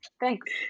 thanks